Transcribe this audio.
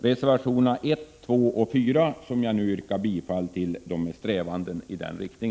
Reservationerna 1, 2 och 4, som jag nu yrkar bifall till, strävar i denna riktning.